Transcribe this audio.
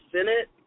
Senate